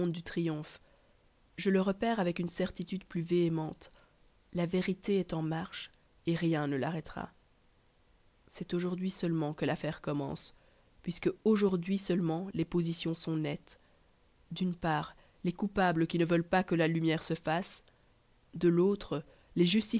du triomphe je le répète avec une certitude plus véhémente la vérité est en marche et rien ne l'arrêtera c'est d'aujourd'hui seulement que l'affaire commence puisque aujourd'hui seulement les positions sont nettes d'une part les coupables qui ne veulent pas que la lumière se fasse de l'autre les